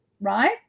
right